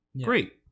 Great